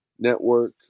Network